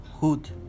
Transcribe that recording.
hood